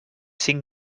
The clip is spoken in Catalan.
cinc